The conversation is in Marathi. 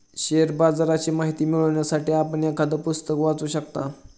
शेअर बाजाराची माहिती मिळवण्यासाठी आपण एखादं पुस्तक वाचू शकता